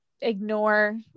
ignore